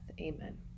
Amen